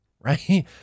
right